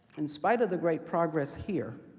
in spite of the great progress here,